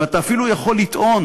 ואתה אפילו יכול לטעון,